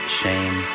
shame